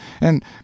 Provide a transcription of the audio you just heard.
and